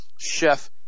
chef